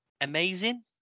amazing